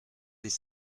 des